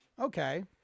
Okay